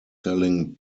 selling